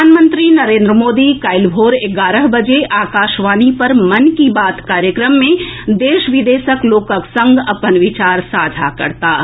प्रधानमंत्री नरेंद्र मोदी काल्हि भोर एगारह बजे आकाशवाणी पर मन की बात कार्यक्रम मे देश विदेशक लोकक संग अपन विचार साझा करताह